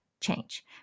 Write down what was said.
change